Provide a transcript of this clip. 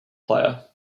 player